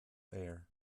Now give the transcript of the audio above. air